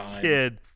kid